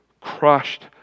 crushed